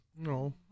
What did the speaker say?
No